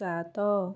ସାତ